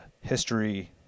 history